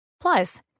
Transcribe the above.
plus